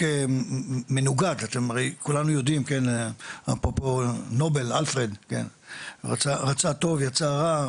יודעים אפרופו אלפרד נובל רצה טוב יצא רע,